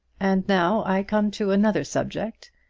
and now i come to another subject,